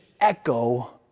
echo